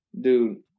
Dude